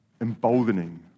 emboldening